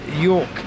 York